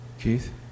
Keith